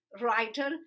writer